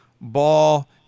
ball